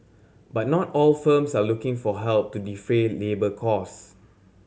but not all firms are looking for help to defray labour costs